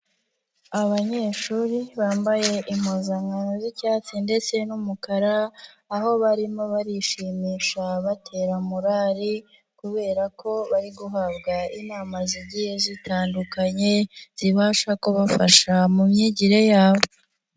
Abanyeshuri bambaye impuzankano z'icyatsi ndetse n'umukara aho barimo barishimisha batera morali kubera ko bari guhabwa inama zigiye zitandukanye zibasha kubafasha mu myigire yabo.